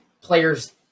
players